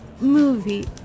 movie